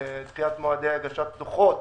דחיית מועדי הגשת דוחות.